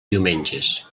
diumenges